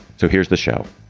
so here's the show